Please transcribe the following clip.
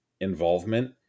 involvement